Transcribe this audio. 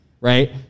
right